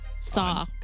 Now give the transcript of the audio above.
Saw